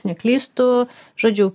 neklystu žodžiu